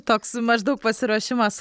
toks maždaug pasiruošimas